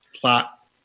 plot